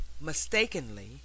mistakenly